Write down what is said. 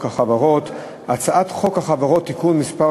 חוק החברות (תיקון מס' 18). הצעת חוק החברות (תיקון מס'